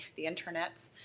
the internets,